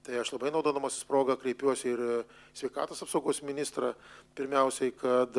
tai aš labai naudodamasis proga kreipiuosi ir sveikatos apsaugos ministrą pirmiausiai kad